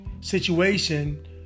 situation